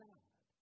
God